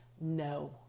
no